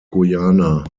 guiana